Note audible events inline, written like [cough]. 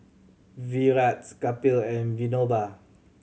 Virat [unintelligible] Kapil and Vinoba